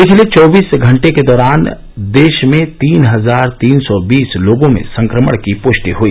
पिछले चौबीस घंटे के दौरान देश में तीन हजार तीन सौ बीस लोगों में संक्रमण की पुष्टि हई